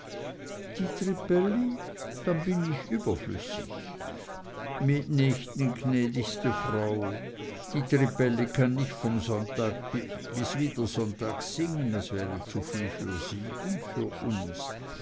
die trippelli dann bin ich überflüssig mitnichten gnädigste frau die trippelli kann nicht von sonntag bis wieder sonntag singen es wäre zuviel für sie und für uns